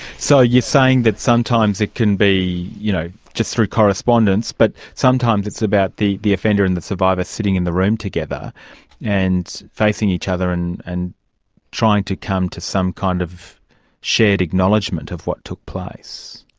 so you're saying that sometimes it can be you know just through correspondence but sometimes it's about the the offender and the survivor sitting in the room together and facing each other and and trying to come to some kind of shared acknowledgement of what took place.